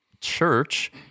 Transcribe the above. church